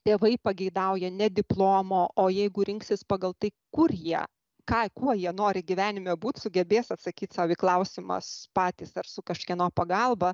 tėvai pageidauja ne diplomo o jeigu rinksis pagal tai kur jie ką kuo jie nori gyvenime būt sugebės atsakyti sau į klausimus patys ar su kažkieno pagalba